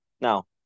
Now